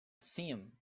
seen